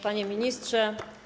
Panie Ministrze!